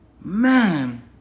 Man